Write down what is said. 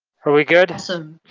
are we good? awesome.